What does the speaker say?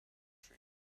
tree